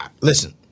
listen